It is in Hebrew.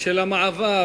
של המעבר